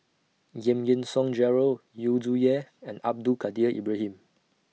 Giam Yean Song Gerald Yu Zhuye and Abdul Kadir Ibrahim